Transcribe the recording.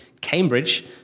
Cambridge